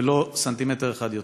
ולא סנטימטר אחד יותר.